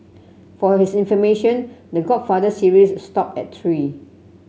for his information The Godfather series stopped at three